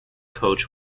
coach